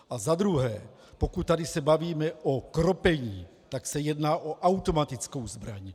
A zadruhé, pokud se tady bavíme o kropení, tak se jedná o automatickou zbraň.